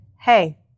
hey